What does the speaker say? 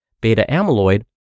Beta-amyloid